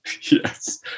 Yes